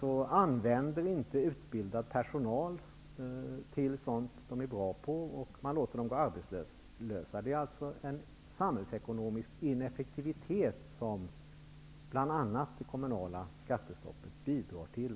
Man använder inte utbildad personal för sådant de är bra på, utan låter dem gå arbetslösa. Det är en samhällsekonomisk ineffektivitet som bl.a. det statliga skattestoppet bidrar till.